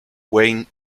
wayne